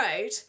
road